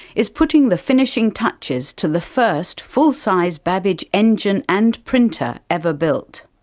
is putting the finishing touches to the first full-size babbage engine and printer ever built.